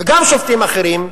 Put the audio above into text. וגם שופטים אחרים,